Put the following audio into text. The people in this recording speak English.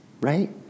right